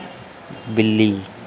बिल्ली